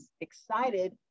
excited